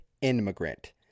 immigrant